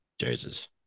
Jesus